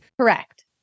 Correct